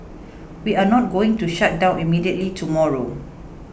we are not going to shut down immediately tomorrow